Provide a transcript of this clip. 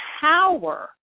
power